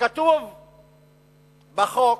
שכתוב בחוק: